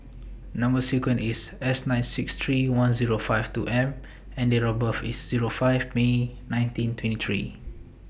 Number sequence IS S nine six three one Zero five two M and Date of birth IS Zero five May nineteen twenty three